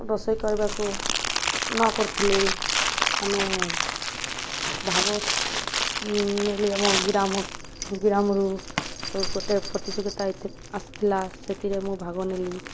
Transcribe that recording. ରୋଷେଇ କରିବାକୁ ନ କରିଥିଲି ଆମେ ଭାଗ ନେଲି ଆମ ଗ୍ରାମ ଗ୍ରାମରୁ ଗୋଟେ ପ୍ରତିଯୋଗିତା ଆସିଥିଲା ସେଥିରେ ମୁଁ ଭାଗ ନେଲି